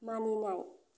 मानिनाय